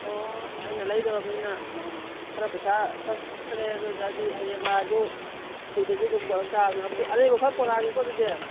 ꯑꯣ ꯑꯩꯅ ꯂꯩꯗꯣꯔꯕꯅꯤꯅ ꯈꯔ ꯄꯩꯁꯥ ꯈꯔ ꯄꯤꯈ꯭ꯔꯦ ꯑꯗꯨ ꯑꯣꯏꯇꯔꯗꯤ ꯍꯌꯦꯡ ꯂꯥꯛꯂꯁꯨ ꯐꯤꯗꯨꯁꯨ ꯑꯗꯨꯝ ꯄꯨꯔꯛꯇꯕꯅꯤ ꯑꯔꯩꯕ ꯈꯔ ꯑꯗꯨꯝ ꯄꯨꯔꯛꯂꯒꯦꯀꯣ ꯑꯗꯨꯗꯤ